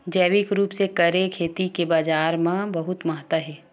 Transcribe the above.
जैविक रूप से करे खेती के बाजार मा बहुत महत्ता हे